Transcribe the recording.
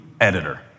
editor